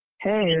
Hey